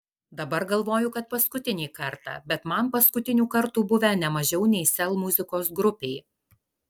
dabar galvoju kad paskutinį kartą bet man paskutinių kartų buvę ne mažiau nei sel muzikos grupei